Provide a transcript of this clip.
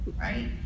right